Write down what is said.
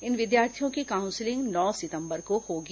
इन विद्यार्थियों की काउंसलिंग नौ सितंबर को होगी